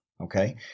okay